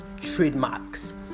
trademarks